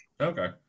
Okay